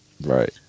Right